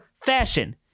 fashion